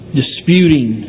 disputing